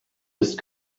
ist